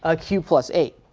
ah q plus eight.